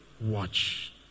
Watch